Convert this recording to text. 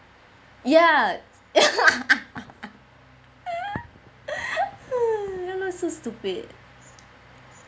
ya ya loh so stupid